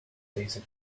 these